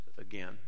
again